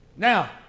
Now